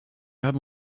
haben